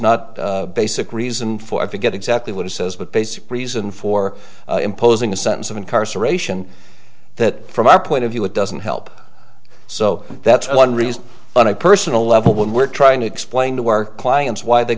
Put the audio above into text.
not basic reason for i forget exactly what it says but basic reason for imposing a sentence of incarceration that from our point of view it doesn't help so that's one reason on a personal level when we're trying to explain to our clients why they